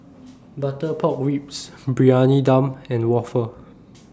Butter Pork Ribs Briyani Dum and Waffle